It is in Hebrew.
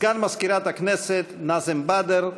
סגן מזכירת הכנסת נאזם באדר,